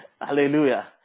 Hallelujah